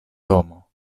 domo